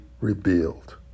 revealed